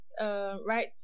Right